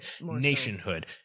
nationhood